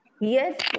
yes